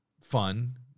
fun